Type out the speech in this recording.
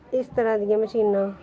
ਇਸ ਤਰ੍ਹਾਂ ਦੀਆਂ ਮਸ਼ੀਨਾਂ